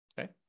Okay